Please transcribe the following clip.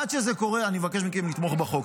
עד שזה קורה, אני מבקש מכם לתמוך בחוק.